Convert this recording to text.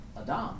Adam